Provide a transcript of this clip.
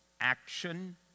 action